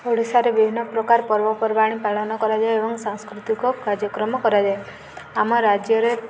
ଓଡ଼ିଶାରେ ବିଭିନ୍ନ ପ୍ରକାର ପର୍ବପର୍ବାଣି ପାଳନ କରାଯାଏ ଏବଂ ସାଂସ୍କୃତିକ କାର୍ଯ୍ୟକ୍ରମ କରାଯାଏ ଆମ ରାଜ୍ୟରେ